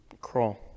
Crawl